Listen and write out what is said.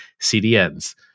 CDNs